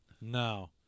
No